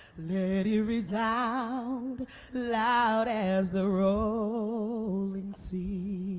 let it resound loud as the rolling sea.